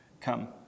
come